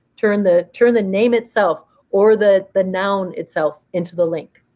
turn the turn the name itself or the the noun itself into the link.